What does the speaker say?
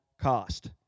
cost